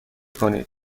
کنید